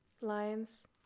lions